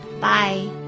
Bye